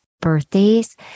birthdays